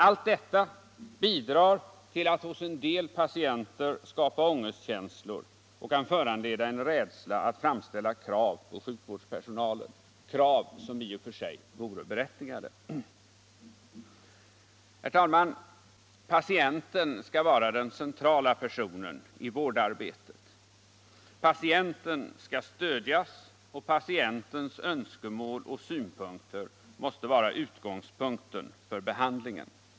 Allt detta bidrar till att hos en del patienter skapa ångestkänslor och kan föranleda en rädsla att framställa krav på sjukhuspersonalen - krav som i och för sig vore berättigade. Patienten skall vara den centrala personen i vårdarbetet. Patienten skall stödjas, och patientens önskemål och synpunkter måste vara utgångspunkt för behandlingen.